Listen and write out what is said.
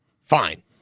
Fine